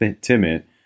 timid